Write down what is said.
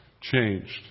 changed